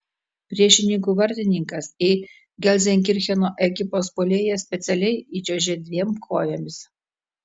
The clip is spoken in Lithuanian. priešininkų vartininkas į gelzenkircheno ekipos puolėją specialiai įčiuožė dviem kojomis